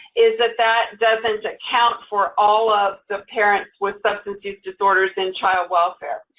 is that that doesn't account for all of the parents with substance use disorders in child welfare.